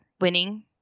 winning